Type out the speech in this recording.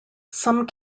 some